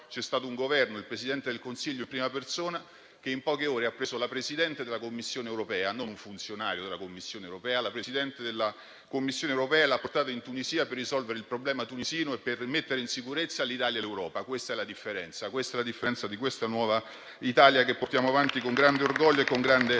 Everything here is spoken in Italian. c'è stato un Governo, con il Presidente del Consiglio in prima persona, che in poche ore ha preso la Presidente della Commissione europea - non un funzionario della Commissione, ma la Presidente - e l'ha portata in Tunisia per risolvere il problema tunisino e per mettere in sicurezza l'Italia e l'Europa. Questa è la differenza di questa nuova Italia che portiamo avanti con grande orgoglio.